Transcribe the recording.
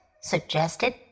suggested